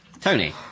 Tony